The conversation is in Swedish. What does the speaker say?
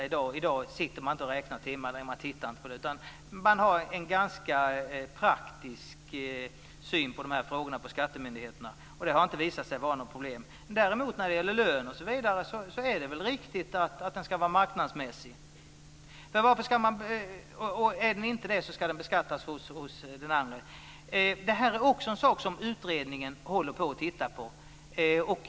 I dag sitter man inte och räknar timmar. Det tittar man inte på, utan man har en ganska praktisk syn på de frågorna hos skattemyndigheterna. Det här har inte visat sig vara ett problem. När det däremot gäller exempelvis lönen är det väl riktigt att den ska vara marknadsmässig. Om lönen inte är det ska den beskattas hos den andre. Det här är också en sak som utredningen tittar närmare på.